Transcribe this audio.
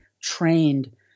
trained